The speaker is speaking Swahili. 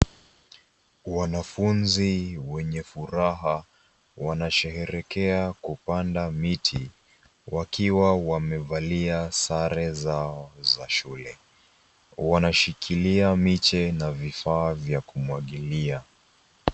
Wanafunzi wenye furaha wanasherehekea kupanda miti wakiwa wamevalia sare zao za shule. Wanashikilia miche na vifaa vya kumwagilia.